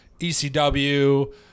ecw